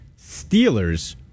Steelers